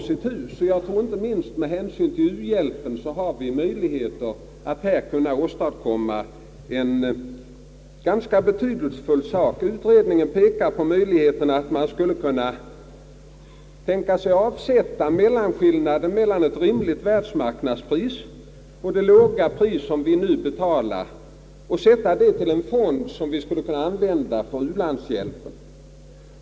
Och jag tror att vi inte minst med tanke på u-hjälpen har möjligheter att här åstadkomma någonting ganska betydelsefullt. Utredningen pekar på att man skulle kunna avsätta skillnaden mellan ett rimligt världsmarknadspris och det låga pris, som man nu betalar, till en fond som skulle kunna användas för u-hjälpen.